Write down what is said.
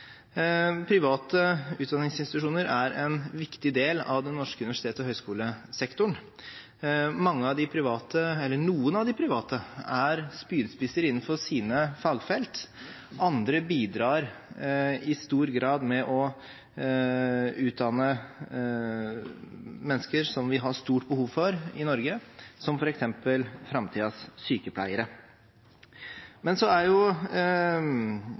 private utdanningsinstitusjoner. Private utdanningsinstitusjoner er en viktig del av den norske universitets- og høgskolesektoren. Noen av de private er spydspisser innenfor sine fagfelt, mens andre bidrar i stor grad med å utdanne mennesker vi har stort behov for i Norge, som f.eks. framtidens sykepleiere. Men